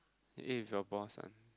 you eat with your boss one